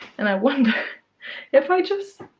and i wonder if i just